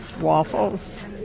waffles